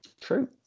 true